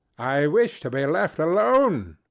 i wish to be left alone,